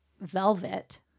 velvet